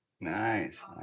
Nice